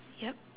yup